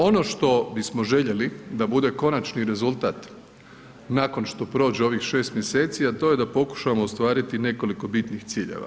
Ono što bismo željeli da bude konačni rezultat nakon što prođe ovih šest mjeseci, a to je da pokušamo ostvariti nekoliko bitnih ciljeva.